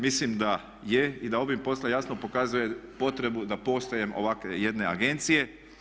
Mislim da je i da ovim posve jasno pokazuje potrebu da postojanjem ovakve jedne agencije.